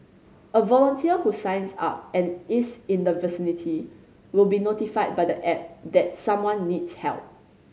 a volunteer who signs up and is in the vicinity will be notified by the app that someone needs help